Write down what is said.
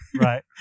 Right